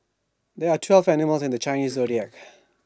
there are twelve animals in the Chinese Zodiac